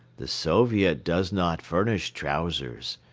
the soviet does not furnish trousers.